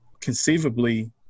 conceivably